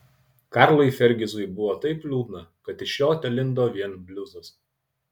karlui fergizui buvo taip liūdna kad iš jo telindo vien bliuzas